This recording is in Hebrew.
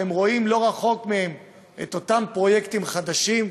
והם רואים לא רחוק מהם את אותם פרויקטים חדשים.